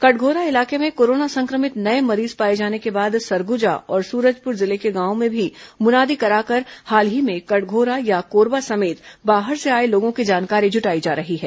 कटघोरा इलाके में कोरोना संक्रमित नए मरीज पाए जाने के बाद सरगुजा और सूरजपुर जिले के गांवों में भी मुनादी कराकर हाल ही में कटघोरा या कोरबा समेत बाहर से आए लोगों की जानकारी जुटाई जा रही है